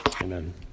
Amen